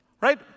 Right